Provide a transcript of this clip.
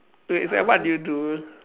wait it's like what do you do